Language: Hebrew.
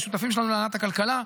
השותפים שלנו להנעת הכלכלה,